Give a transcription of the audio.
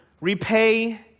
repay